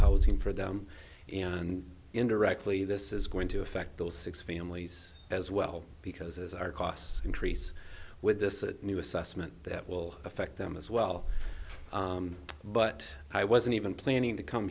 housing for them and indirectly this is going to affect those six families as well because as our costs increase with this new assessment that will affect them as well but i wasn't even planning to come